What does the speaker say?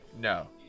No